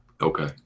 Okay